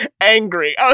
angry